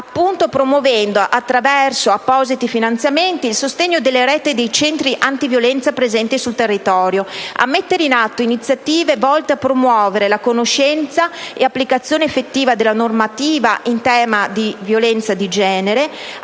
donne promuovendo, anche attraverso appositi finanziamenti, il sostegno delle rette dei centri antiviolenza presenti sul territorio nazionale; a mettere in atto iniziative volte a promuovere la conoscenza e l'applicazione effettiva della normativa in tema di violenza di genere;